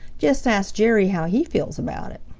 just ask jerry how he feels about it.